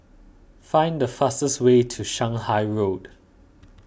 find the fastest way to Shanghai Road